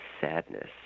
sadness